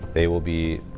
they will be.